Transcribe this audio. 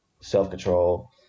self-control